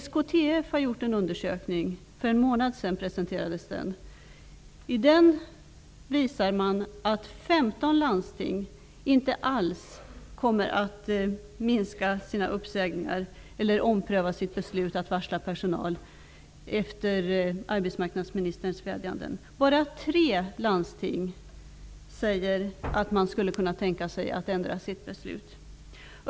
SKTF har gjort en undersökning -- den presenterades för en månad sedan -- som visar att 15 landsting inte alls kommer att minska sina uppsägningar eller ompröva sitt beslut att varsla personal efter arbetsmarknadsministerns vädjanden. Bara tre landsting säger att de skulle kunna tänka sig att ändra sitt beslut.